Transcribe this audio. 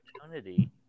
opportunity